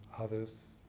others